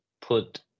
put